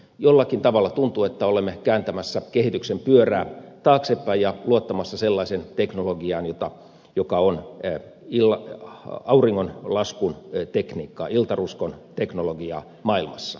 jollakin tavalla tuntuu että olemme kääntämässä kehityksen pyörää taaksepäin ja luottamassa sellaiseen teknologiaan joka on auringonlaskun tekniikkaa iltaruskon teknologiaa maailmassa